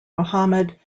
muhammad